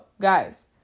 guys